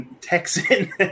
Texan